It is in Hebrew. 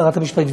שרת המשפטים,